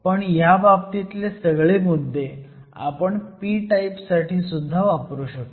पण ह्या बाबतीतले सगळे मुद्दे आपण p टाईप साठी सुद्धा वापरू शकतो